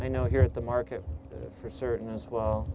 i know here at the market for certain as well